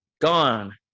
gone